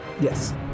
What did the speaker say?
Yes